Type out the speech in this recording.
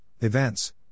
events